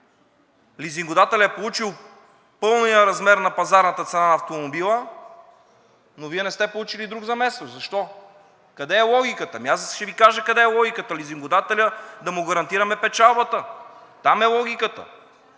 Лизингодателят е получил пълният размер на пазарната цена на автомобила, но Вие не сте получили друг заместващ. Защо?! Къде е логиката?! Аз ще Ви кажа къде е логиката – лизингодателя да му гарантираме печалбата. Там е логиката.